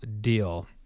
deal